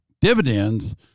dividends